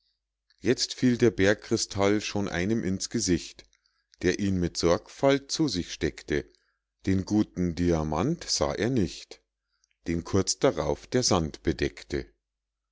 jetzt fiel der bergkrystall schon einem in's gesicht der ihn mit sorgfalt zu sich steckte den guten demant sah er nicht den kurz darauf der sand bedeckte